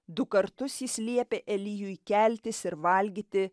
du kartus jis liepė elijui keltis ir valgyti